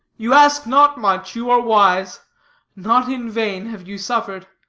you ask not much you are wise not in vain have you suffered.